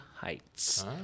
heights